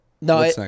no